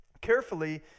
carefully